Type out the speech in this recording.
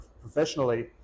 professionally